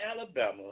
Alabama